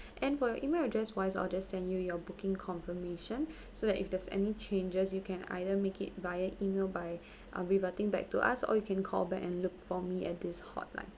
and for your email address wise I'll just send you your booking confirmation so that if there's any changes you can either make it via email by uh reverting back to us or you can call back and look for me at this hotline